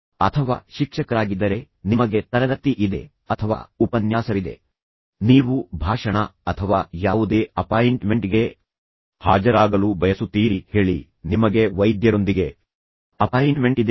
ನೀವು ವಿದ್ಯಾರ್ಥಿ ಅಥವಾ ಶಿಕ್ಷಕರಾಗಿದ್ದರೆ ನೀವು ಯಾವಾಗಲೂ ಹೇಳಬಹುದು ನಿಮಗೆ ತರಗತಿ ಇದೆ ಅಥವಾ ನಿಮಗೆ ಉಪನ್ಯಾಸವಿದೆ ನೀವು ಭಾಷಣ ಅಥವಾ ಯಾವುದೇ ಅಪಾಯಿಂಟ್ಮೆಂಟ್ಗೆ ಹಾಜರಾಗಲು ಬಯಸುತ್ತೀರಿ ಹೇಳಿ ನಿಮಗೆ ವೈದ್ಯರೊಂದಿಗೆ ಅಪಾಯಿಂಟ್ಮೆಂಟ್ ಇದೆ ಎಂದು ಹೇಳಿ